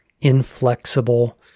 inflexible